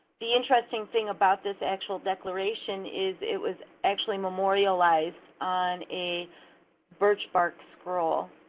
the interesting thing about this actual declaration is it was actually memorialized on a birch bark scroll,